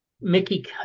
Mickey